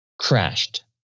crashed